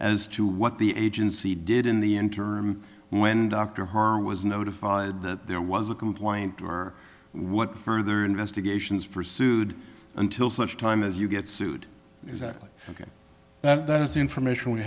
as to what the agency did in the interim when dr horn was notified that there was a complaint or what further investigations pursued until such time as you get sued ok that is the information we